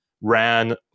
ran